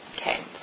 Okay